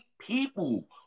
people